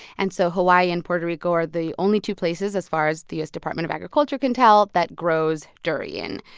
and so hawaii and puerto rico are the only two places, as far as the u s. department of agriculture can tell, that grows durian.